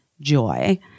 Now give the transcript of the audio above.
joy